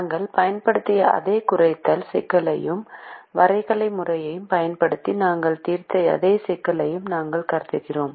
நாங்கள் பயன்படுத்திய அதே குறைத்தல் சிக்கலையும் வரைகலை முறையைப் பயன்படுத்தி நாங்கள் தீர்த்த அதே சிக்கலையும் நாங்கள் கருதுகிறோம்